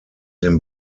den